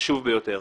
חשוב ביותר.